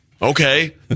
Okay